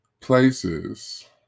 places